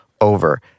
over